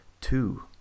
two